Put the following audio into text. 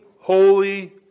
holy